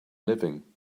living